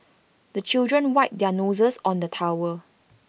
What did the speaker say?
the children wipe their noses on the towel